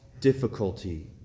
difficulty